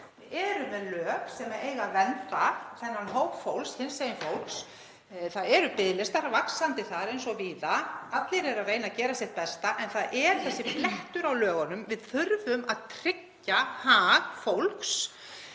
Við erum með lög sem eiga að vernda þennan hóp fólks, hinsegin fólk. Biðlistar lengjast þar eins og víða, allir eru að reyna að gera sitt besta en það er þessi blettur á lögunum. Við þurfum að tryggja hag fólks